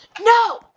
No